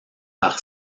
par